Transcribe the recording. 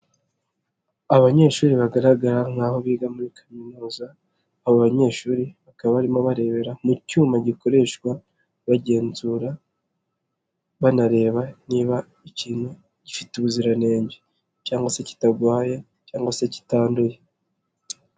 Abanyeshuri bagaragara nk'aho biga muri kaminuza. Abo banyeshuri bakaba barimo barebera mu cyuma gikoreshwa bagenzura banareba niba ikintu gifite ubuziranenge cyangwa se kitarwaye cyangwa se kitanduye.